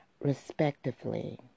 respectively